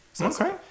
Okay